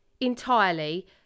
entirely